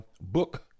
book